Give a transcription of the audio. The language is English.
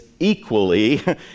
equally